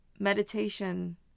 Meditation